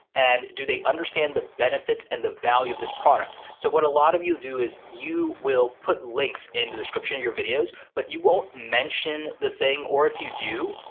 and do they understand the benefits and the value of this product? so what a lot of you do is you will put links in the description of your videos, but you won't mention the thing, or if you do,